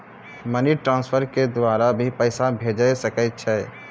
Money transfer के द्वारा भी पैसा भेजै सकै छौ?